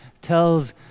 tells